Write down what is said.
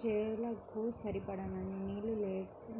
చేలకు సరిపడినన్ని నీళ్ళు